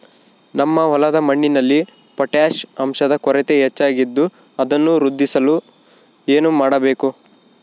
ನಮ್ಮ ಹೊಲದ ಮಣ್ಣಿನಲ್ಲಿ ಪೊಟ್ಯಾಷ್ ಅಂಶದ ಕೊರತೆ ಹೆಚ್ಚಾಗಿದ್ದು ಅದನ್ನು ವೃದ್ಧಿಸಲು ಏನು ಮಾಡಬೇಕು?